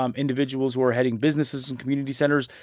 um individuals who are heading businesses and community centers.